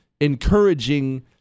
encouraging